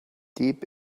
deep